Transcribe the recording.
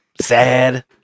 Sad